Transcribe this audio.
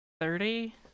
Thirty